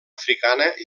africana